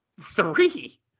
Three